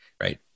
right